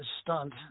stunt